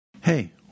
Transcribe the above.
Hey